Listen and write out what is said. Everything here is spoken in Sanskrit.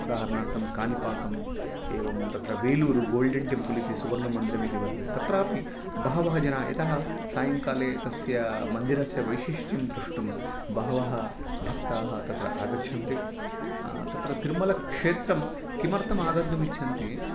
उदाहरणार्थं कानिपाकम् एवं तत्र वेलूरू गोल्डन् टेम्पल् इति सुवर्णमन्दिरम् इति वर्तते तत्रापि बहवः जनाः यतः सायङ्काले तस्य मन्दिरस्य वैशिष्ट्यं द्रष्टुं बहवः भक्ताः तत्र आगच्छन्ति तत्र तिरुमलक्षेत्रं किमर्थम् आगन्तुम् इच्छन्ति